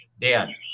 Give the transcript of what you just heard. Dan